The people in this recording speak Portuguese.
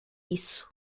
isso